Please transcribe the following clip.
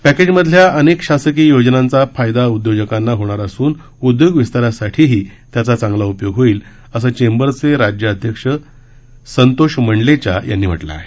ॅकेज मधील अनेक शासकीय योजनांचा फायदा उद्योजकांना होणार असून उद्योग विस्तारासाठीही त्याचा चांगला उधयोग होईल असं चेंबरचे राज्य अध्यक्ष संतोष मंडलेचा यांनी म्हटलं आहे